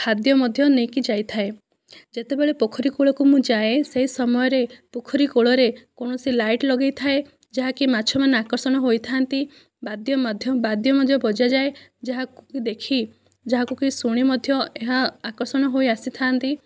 ଖାଦ୍ୟ ମଧ୍ୟ ନେଇକି ଯାଇଥାଏ ଯେତେବେଳେ ପୋଖରୀ କୂଳକୁ ମୁଁ ଯାଏ ସେ ସମୟରେ ପୋଖରୀ କୂଳରେ କୌଣସି ଲାଇଟ ଲଗେଇଥାଏ ଯାହାକି ମାଛ ମାନେ ଆକର୍ଷଣ ହୋଇଥାନ୍ତି ବାଦ୍ୟ ମଧ୍ୟ ବାଦ୍ୟ ମଧ୍ୟ ବଜାଯାଏ ଯାହାକୁ କି ଦେଖି ଯାହାକୁ କି ଶୁଣି ମଧ୍ୟ ଏହା ଆକର୍ଷଣ ହୋଇ ଆସିଥାନ୍ତି